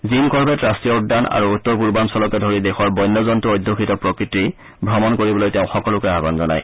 gym Corbett ৰাষ্ট্ৰীয় উদ্যান আৰু উত্তৰ পূৰ্বাঞ্চলকে ধৰি দেশৰ বন্য জন্তু অধুষিত প্ৰকৃতি ভ্ৰমণ কৰিবলৈ তেওঁ সকলোকে আহান জনায়